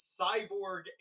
cyborg